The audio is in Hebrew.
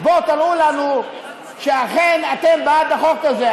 אז בואו, תראו לנו שאכן אתם בעד החוק הזה.